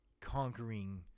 conquering